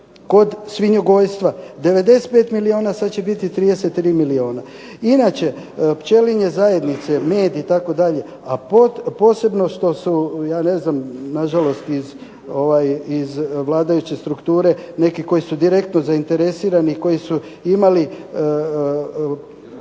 Kod svinjogojstva 95 milijuna sada će biti 33 milijuna. Inače pčeline zajednice, med itd., a posebno što su, ja ne znam nažalost iz vladajuće strukture neki koji su direktno zainteresirani i koji su imali